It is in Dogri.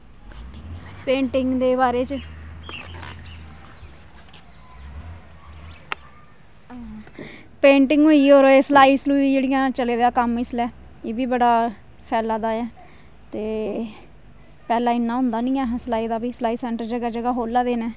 पेंटिंग दे बारे च पेंटिंग होई जा होर सलाई सलुई जेह्ड़ा चले दा कम्म इसलै एह् बी बड़ा फैला दा ऐ ते पैह्ला इ'न्ना होंदा निं हा सलाई दा बी सलाई सेंटर जगह् जगह् खोला दे न